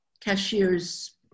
cashiers